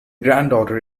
granddaughter